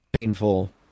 painful